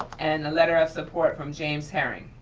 and the letter of support from james herring.